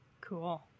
Cool